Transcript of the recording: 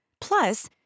Plus